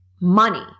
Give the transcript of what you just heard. money